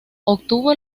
obtuvo